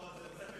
זו תוספת שלי.